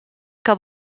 que